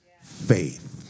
faith